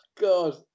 God